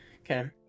Okay